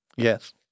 Yes